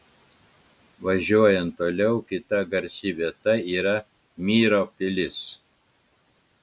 važiuojant toliau kita garsi vieta yra myro pilis